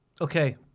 Okay